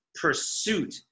pursuit